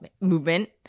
movement